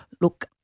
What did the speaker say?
look